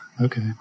Okay